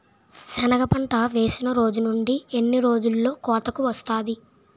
సెనగ పంట వేసిన రోజు నుండి ఎన్ని రోజుల్లో కోతకు వస్తాది?